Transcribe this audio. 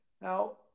Now